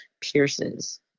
pierces